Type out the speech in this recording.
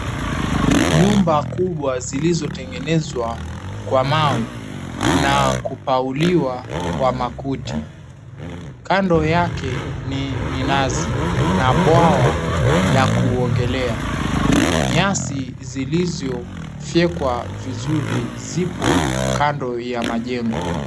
Nyumba kubwa zilizotengenezwa kwa mawe na kupauliwa kwa makuti, kando yake ni minazi na bwawa la kuogelea. Nyasi zilizofyekwa vizuri zipo kando ya majengo.